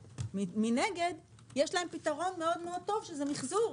מנגד יש להם פתרון מאוד טוב שזה מיחזור.